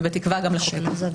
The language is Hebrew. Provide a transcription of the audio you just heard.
ובתקווה גם לחוקק אותו.